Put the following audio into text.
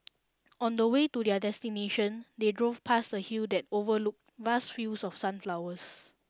on the way to their destination they drove past a hill that overlooked vast fields of sunflowers